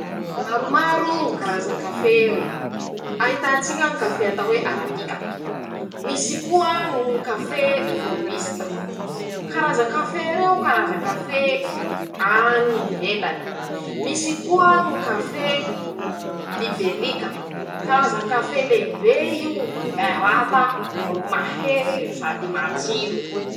<...>Maromaro karazan-kafe: ahitatsika ñy kafe atao hoe aradika, misy koa ñy kafe rôbista, karazan-kafe reo karazan-kafe añy ivelany, misy koa ñy kafe liberika, karazan-kafe lehibe io bevata ro mahery ro sady matsiro.